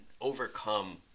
overcome